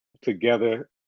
together